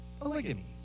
polygamy